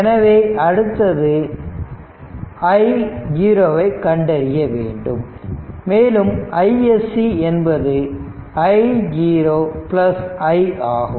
எனவே அடுத்து i0 ஐ கண்டறிய வேண்டும் மேலும் iSC என்பது i0 i ஆகும்